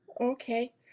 Okay